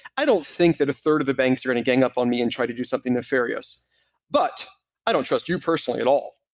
i don't think that a third of the banks are going to gang up on me and try to do something nefarious but i don't trust you personally at all.